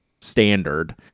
Standard